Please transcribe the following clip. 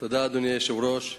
אדוני היושב-ראש,